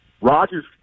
Rogers